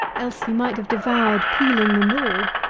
else he might have devoured peeling and all!